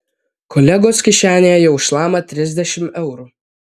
kolegos kišenėje jau šlama trisdešimt eurų